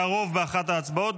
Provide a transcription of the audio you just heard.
היה רוב באחת ההצבעות,